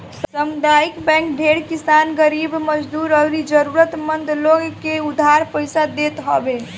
सामुदायिक बैंक ढेर किसान, गरीब मजदूर अउरी जरुरत मंद लोग के उधार पईसा देत हवे